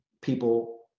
People